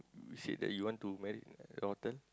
said that you want to married your turn